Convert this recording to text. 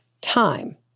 time